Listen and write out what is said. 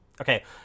okay